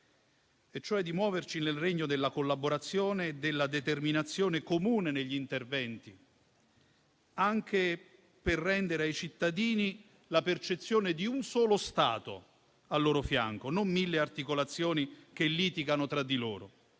e cioè di muoverci nel segno della collaborazione e della determinazione comune negli interventi, anche per rendere ai cittadini la percezione di un solo Stato al loro fianco, non di mille articolazioni che litigano tra di loro.